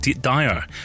dire